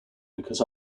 because